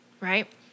right